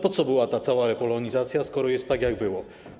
Po co była ta cała repolonizacja, skoro jest tak, jak było?